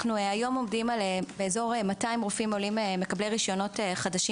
היום יש בערך 200 רופאים עולים בשנה שמקבלים רישיונות חדשים.